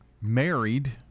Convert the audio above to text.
married